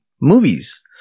movies